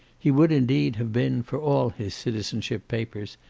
he would, indeed, have been, for all his citizenship papers,